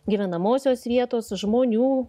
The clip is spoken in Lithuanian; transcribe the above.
gyvenamosios vietos žmonių